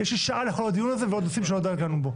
יש לי שעה לכל הדיון הזה ועוד נושאים שלא נגענו בהם.